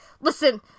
listen